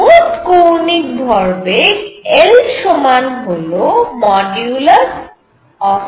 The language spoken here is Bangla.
মোট কৌণিক ভরবেগ L সমান হল nn